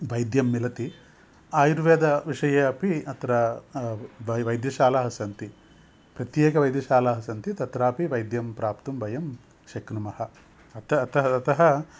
वैद्यं मिलति आयुर्वेदविषये अपि अत्र वै वैद्यशालाः सन्ति प्रत्येकवैद्यशालाः सन्ति तत्रापि वैद्यं प्राप्तुं वयं शक्नुमः अतः अतः अतः